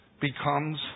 becomes